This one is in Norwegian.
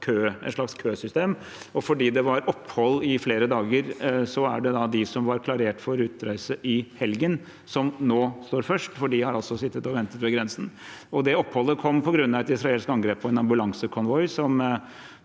et slags køsystem. Fordi det var opphold i flere dager, er det de som var klarert for utreise i helgen, som nå står først, for de har sittet og ventet ved grensen. Det oppholdet kom på grunn av et israelsk angrep på en ambulansekonvoi som